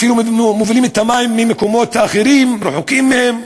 אפילו מובילים את המים ממקומות אחרים, רחוקים מהם.